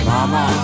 Mama